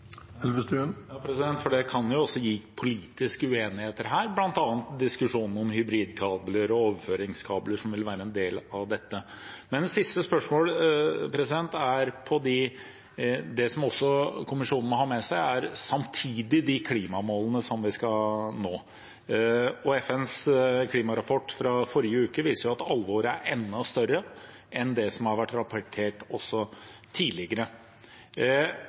Det kan jo også bli politiske uenigheter her, bl.a. en diskusjon om hybridkabler og overføringskabler, som vil være en del av dette. Det siste spørsmålet gjelder det som kommisjonen også må ha med seg, som er de klimamålene som vi samtidig skal nå. FNs klimarapport fra forrige uke viser at alvoret er enda større enn det som har vært rapportert tidligere.